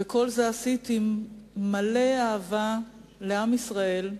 ואת כל זה עשית עם מלא אהבה לעם ישראל,